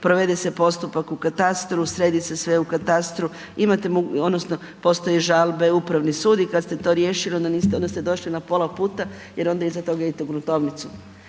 provede se postupak u katastru, sredi se sve u katastru, imate, odnosno postoje žalbe, Upravni sud. I kad ste to riješili onda ste došli na pola puta jer onda iza toga idete u gruntovnicu.